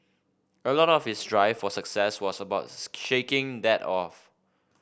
a lot of his drive for success was about shaking that off